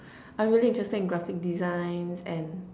I'm really interested in graphic designs and